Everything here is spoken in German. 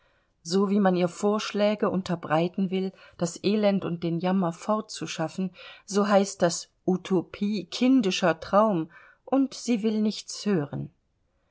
so wie man ihr vorschläge unterbreiten will das elend und den jammer fortzuschaffen so heißt das utopie kindischer traum und sie will nichts hören